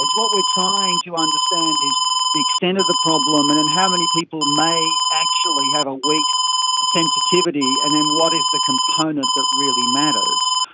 what we are trying to understand is the extent of the problem and and how many people may actually have a wheat sensitivity and then what is the component that really matters.